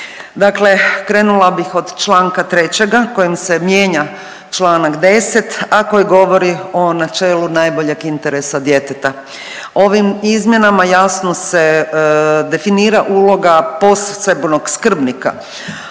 Dakle, krenula bih od Članka 3. kojim se mijenja Članak 10., a koji govori o načelu najboljeg interesa djeteta. Ovim izmjenama jasno se definira uloga posebnog skrbnika,